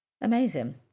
Amazing